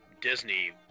Disney